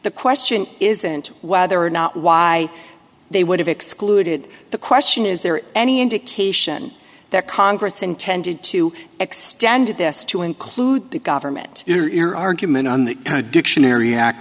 the question isn't whether or not why they would have excluded the question is there any indication that congress intended to extend this to include the government you're argument on the dictionary act